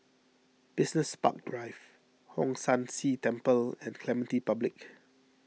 Business Park Drive Hong San See Temple and Clementi Public